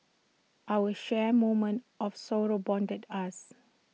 our shared moment of sorrow bonded us